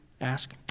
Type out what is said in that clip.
ask